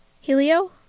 Helio